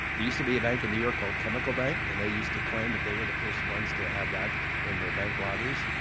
used to be a bank in new york called chemical bank and they used to claim that they were the first ones to have that in their bank lobbies.